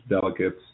delegates